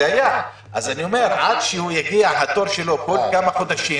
עד שיגיע התור שלו בכל כמה חודשים.